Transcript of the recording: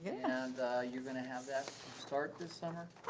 and you're gonna have that start this summer.